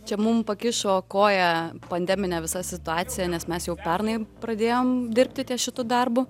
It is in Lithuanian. čia mum pakišo koją pandeminė visa situacija nes mes jau pernai pradėjom dirbti ties šitu darbu